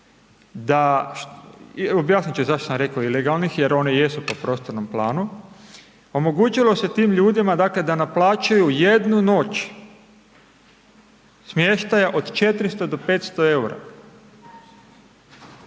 da, objasnit ću zašto sam rekao ilegalnih jer one jesu po prostornom planu, omogućilo se tim ljudima dakle da naplaćuju jednu noć smještaja od 400 do 500 EUR-a.